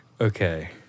Okay